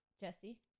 Jesse